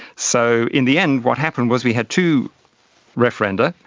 so in the end what happened was we had two referenda.